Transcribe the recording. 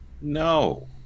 No